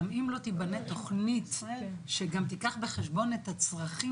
גם אם לא תבנה תכנית שגם תיקח בחשבון את הצרכים